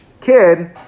kid